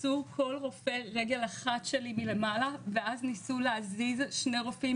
תפסו כל רופא רגל אחת שלי מלמעלה ואז ניסו להזיז שני רופאים